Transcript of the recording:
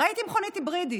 ראיתי מכונית היברידית,